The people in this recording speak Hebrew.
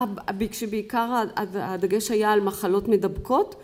‫כשבעיקר הדגש היה ‫על מחלות מדבקות...